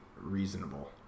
reasonable